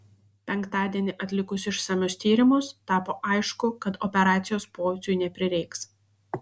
penktadienį atlikus išsamius tyrimus tapo aišku kad operacijos pociui neprireiks